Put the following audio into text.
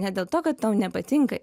ne dėl to kad tau nepatinka